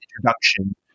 introduction